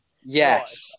Yes